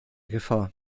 gefahr